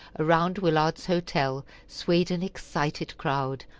around willard's hotel swayed an excited crowd,